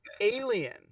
alien